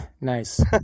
Nice